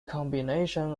combination